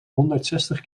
honderdzestig